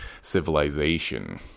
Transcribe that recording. civilization